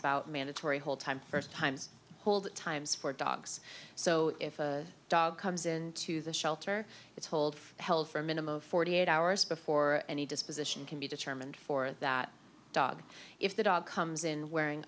about mandatory hold time first times hold times for dogs so if a dog comes into the shelter it's hold held for a minimum of forty eight hours before any disposition can be determined for that dog if the dog comes in wearing